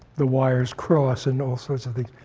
the wires cross and all sorts of things.